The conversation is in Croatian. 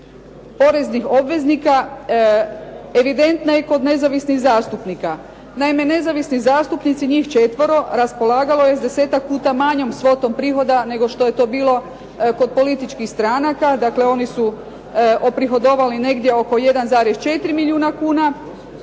poreznih obveznika evidentna je kod nezavisnih zastupnika. Naime, nezavisni zastupnici, njih četvoro, raspolagalo je s 10-ak puta manjom svotom prihod nego što je to bilo kod političkih stranaka, dakle oni su oprihodovali negdje oko 1,4 milijuna kuna,